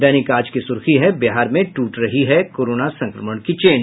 दैनिक आज की सुर्खी है बिहार में टूट रही कोरोना संक्रमण की चेन